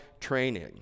training